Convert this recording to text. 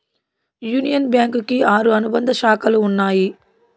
union bank కి ఆరు అనుబంధ శాఖలు ఉన్నాయి